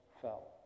fell